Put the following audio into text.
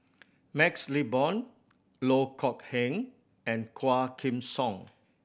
MaxLe Blond Loh Kok Heng and Quah Kim Song